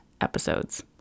episodes